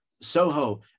Soho